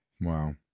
Wow